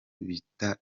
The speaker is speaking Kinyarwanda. bita